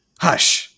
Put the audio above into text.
Hush